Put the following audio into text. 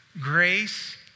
grace